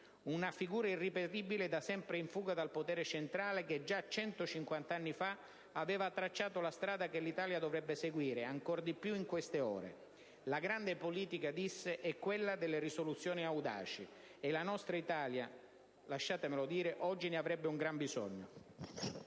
una figura irripetibile, da sempre in fuga dal potere centrale che già 150 anni fa aveva tracciato la strada che l'Italia dovrebbe seguire, ancor di più in queste ore: «La grande politica - disse - è quella delle risoluzioni audaci». E la nostra Italia, lasciatemelo dire, oggi ne avrebbe un gran bisogno.